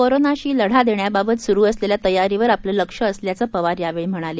कोरोनाशी लढा देण्याबाबत सुरू असलेल्या तयारीवर आपलं लक्ष असल्याचं पवार यावेळी म्हणाले